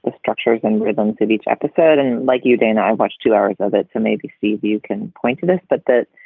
structures and rhythms of each episode and like you, dana, i watched two hours of it to maybe see you can point to this, but that,